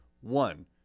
One